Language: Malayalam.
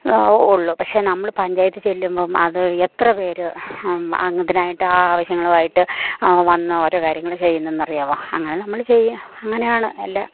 ഉള്ളു പക്ഷെ നമ്മൾ പഞ്ചായത്ത് ചെല്ലുമ്പം അത് എത്ര പേര് അങ്ങതിനായിട്ട് ആവശ്യങ്ങളുമായിട്ട് വന്ന ഓരോ കാര്യങ്ങൾ ചെയ്യുന്നതെന്നറിയാമോ അങ്ങനെ നമ്മൾ ചെയ്യുക അങ്ങനെയാണ് എല്ലാ